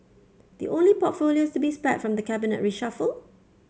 the only portfolios to be spared from the cabinet reshuffle